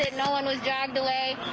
no one was dragged away.